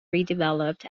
redeveloped